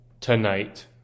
tonight